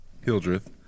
Hildreth